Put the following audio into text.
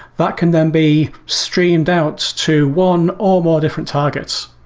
that can then be streamed out to one or more different targets.